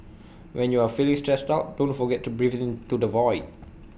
when you are feeling stressed out don't forget to breathe into the void